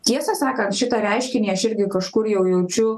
tiesą sakant šitą reiškinį aš irgi kažkur jau jaučiu